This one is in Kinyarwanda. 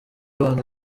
abantu